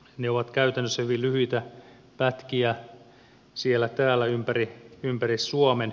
ne ovat käytännössä hyvin lyhyitä pätkiä siellä täällä ympäri suomea